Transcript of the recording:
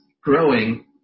growing